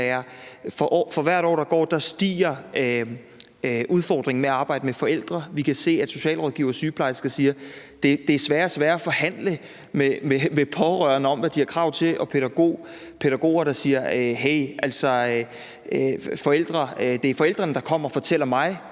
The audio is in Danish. for hvert år, der går, stiger udfordringen for folkeskolelærere med at arbejde med forældre. Vi kan se, at socialrådgivere og sygeplejersker siger, at det er sværere og sværere at forhandle med pårørende om, hvad de har krav på. Og vi hører om pædagoger, der siger, at det er forældrene, der kommer og fortæller